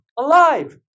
Alive